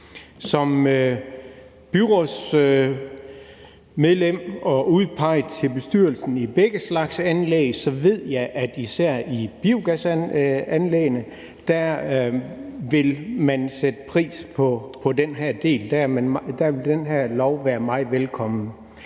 Som byrådsmedlem og udpeget til bestyrelsen for begge slags anlæg ved jeg, at man især i biogasanlæggene vil sætte pris på den her del – der vil den her lov være meget velkommen.